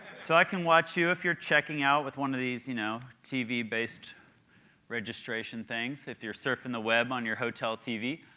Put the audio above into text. so i can watch you if you're checking out with one of these, you know, tv based registration things, if you're surfing the web on your hotel tv,